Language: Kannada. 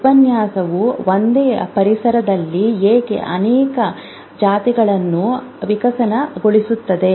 ಉಪನ್ಯಾಸವು ಒಂದೇ ಪರಿಸರದಲ್ಲಿ ಏಕೆ ಅನೇಕ ಜಾತಿಗಳನ್ನು ವಿಕಸನಗೊಳಿಸುತ್ತದೆ